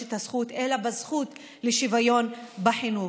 את הזכות אלא בזכות לשוויון בחינוך.